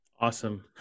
Awesome